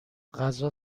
غذا